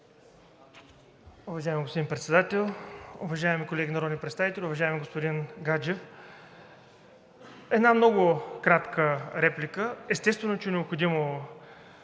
уважаеми колеги народни представители! Уважаеми господин Гаджев, една много кратка реплика. Естествено, че е необходимо